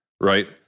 Right